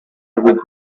with